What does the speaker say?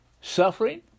Suffering